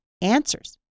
answers